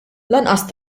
lanqas